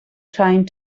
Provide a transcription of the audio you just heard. trying